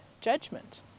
judgment